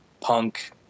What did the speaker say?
punk